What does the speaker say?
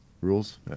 Rules